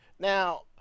Now